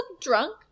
drunk